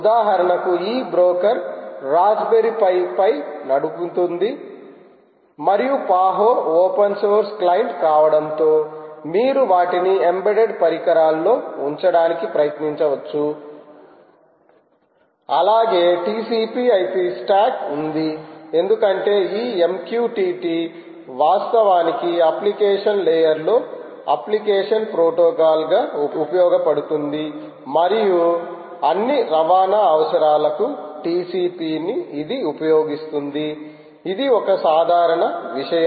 ఉదాహరణకు ఈ broker Raspberry పైపై నడుపుతుంది మరియు పహో ఓపెన్ సోర్స్ క్లయింట్ కావడంతో మీరు వాటిని ఎంబెడెడ్ పరికరాల్లో ఉంచడానికి ప్రయత్నించవచ్చు అలాగే TCP IP స్టాక్ ఉంది ఎందుకంటే ఈ MQTT వాస్తవానికి అప్లికేషన్ లేయర్లో అప్లికేషన్ ప్రోటోకాల్ గా ఉపయోగపడుతుంది మరియు అన్ని రవాణా అవసరాలకు TCP ని ఇది ఉపయోగిస్తుంది ఇది ఒక సాధారణ విషయం